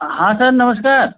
हाँ सर नमस्कार